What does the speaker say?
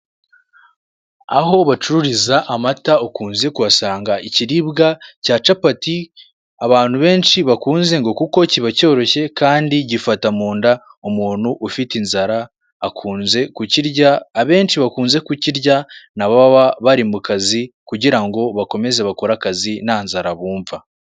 Aho bacururiza amata ukunze kuhasanga ikiribwa cya capati, abantu benci bakunze ngo kuko kiba cyoroshye, kandi gifata munda umuntu ufite inzara akunze kukirya, abenci bakunze kukirya ni ababa bari mu kazi kugira ngo bakomeze bakore akazi nta nzara bumva.